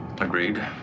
Agreed